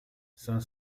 cinq